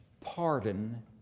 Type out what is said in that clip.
pardon